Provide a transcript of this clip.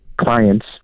clients